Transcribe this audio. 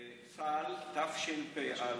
בצה"ל תשפ"א